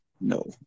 no